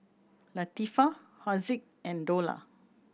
Latifa Haziq and Dollah